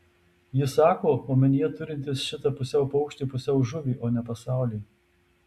jis sako omenyje turintis šitą pusiau paukštį pusiau žuvį o ne pasaulį